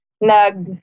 nag